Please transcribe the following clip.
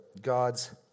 God's